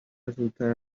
زودتر